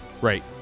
right